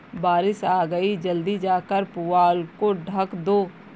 बारिश आ गई जल्दी जाकर पुआल को ढक दो